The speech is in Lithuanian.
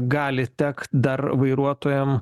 gali tekt dar vairuotojam